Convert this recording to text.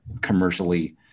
commercially